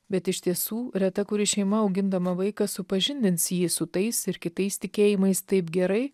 bet iš tiesų reta kuri šeima augindama vaiką supažindins jį su tais ir kitais tikėjimais taip gerai